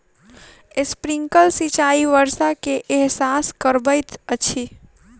sprinkler सिचाई वर्षा के एहसास करबैत अछि